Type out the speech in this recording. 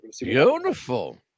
beautiful